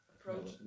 approach